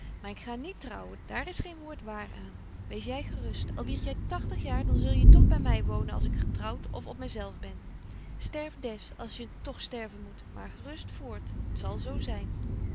maar ik ga niet trouwen daar is geen woord waar aan wees jy gerust al wierd jy tagtig jaar dan zul je toch by my wonen als ik getrouwt of op my zelfben sterf des als je tog sterven moet maar gerust voort t zal zo zyn